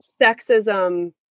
sexism